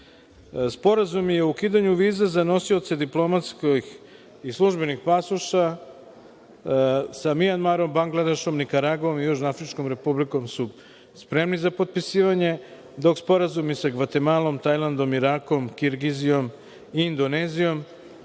o ukidanju viza za nosioce diplomatskih i službenih pasoša sa Mjanmarom, Bangladešom, Nikaragvom i Južnoafričkom Republikom su spremni za potpisivanje, dok sporazumi sa Gvatemalom, Tajlandom, Irakom, Kirgizijom i Indonezijom